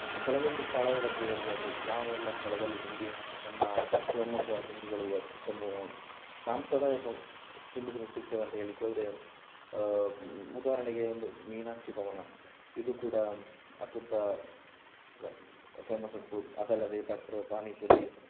ಕೆಲವೊಂದು ಸ್ಥಳದ ಬಗ್ಗೆ ಹೇಳೋದಾದರೆ ಯಾವೆಲ್ಲ ಸ್ಥಳದಲ್ಲಿ ನಿಮಗೆ ನಮ್ಮ ಶಿವಮೊಗ್ಗ ತಿಂಡಿಗಳು ಅತ್ಯುತ್ತಮ ಸಾಂಪ್ರದಾಯಿಕ ತಿಂಡಿ ತಿನಿಸು ಸಿಗ್ತದಂತ ಹೇಳ್ಲಿಕ್ಕೋದ್ರೆ ಉದಾಹರಣೆಗೆ ಒಂದು ಮೀನಾಕ್ಷಿ ಭವನ ಇದು ಕೂಡ ಅತ್ಯಂತ ಫೇಮಸುಂಟು ಅದಲ್ಲದೆ ಭಟ್ಟರ ಪಾನಿಪುರಿ